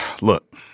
Look